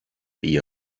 the